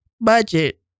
Budget